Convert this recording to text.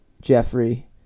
Jeffrey